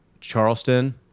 Charleston